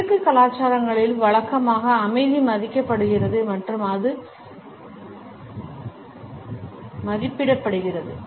கிழக்கு கலாச்சாரங்களில் வழக்கமாக அமைதி மதிக்கப்படுகிறது மற்றும் அது மதிப்பிடப்படுகிறது